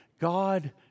God